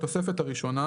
הוספת התוספת הראשונה